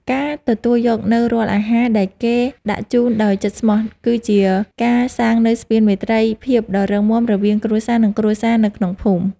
ការទទួលយកនូវរាល់អាហារដែលគេដាក់ជូនដោយចិត្តស្មោះ គឺជាការសាងនូវស្ពានមេត្រីភាពដ៏រឹងមាំរវាងគ្រួសារនិងគ្រួសារនៅក្នុងភូមិ។